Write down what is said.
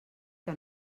que